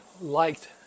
liked